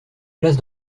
place